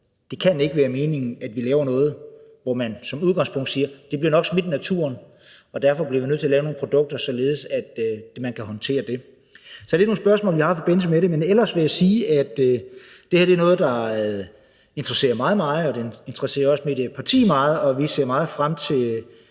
Det kan ikke være meningen, at vi laver noget, hvor man som udgangspunkt siger, at det nok bliver smidt i naturen. Og derfor bliver vi nødt til at lave nogle produkter således, at man kan håndtere det. Så det er nogle spørgsmål, vi har i forbindelse med det. Men ellers vil jeg sige, at det her er noget, der interesserer mig meget, og det interesserer også mit parti meget, og vi ser meget frem til